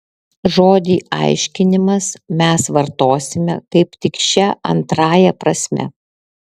žodį aiškinimas mes vartosime kaip tik šia antrąja prasme